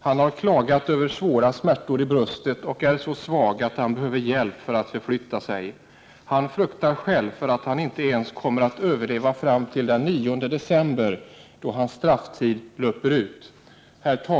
Han har klagat över smärtor i bröstet och är så svag att han behöver hjälp för att förflytta sig. Han fruktar att han inte kommer att överleva fram till den 9 december, då hans strafftid löper ut.